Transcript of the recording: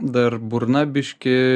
dar burna biški